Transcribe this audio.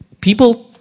people